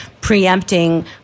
preempting